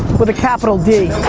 with a capital d.